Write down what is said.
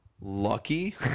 Lucky